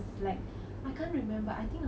and using my phone